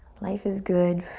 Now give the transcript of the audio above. life is good.